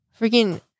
Freaking